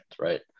right